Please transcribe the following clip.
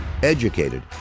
Educated